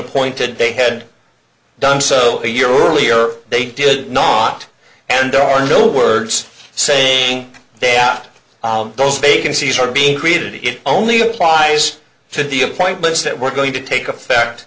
appointed they had done so a year earlier they did not and there are no words saying they out those vacancies are being created it only applies to the appointments that were going to take effect